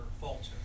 falter